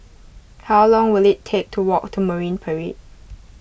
how long will it take to walk to Marine Parade